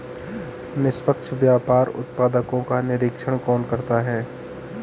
निष्पक्ष व्यापार उत्पादकों का निरीक्षण कौन करता है?